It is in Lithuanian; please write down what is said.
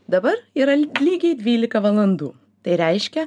dabar yra lygiai dvylika valandų tai reiškia